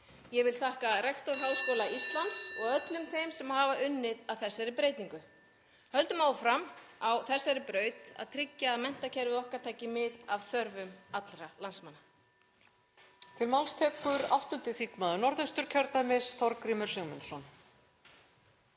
Ég vil þakka rektor Háskóla Íslands (Forseti hringir.) og öllum þeim sem hafa unnið að þessari breytingu. Höldum áfram á þessari braut, að tryggja að menntakerfið okkar taki mið af þörfum allra landsmanna.